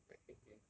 like eighteen